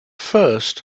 first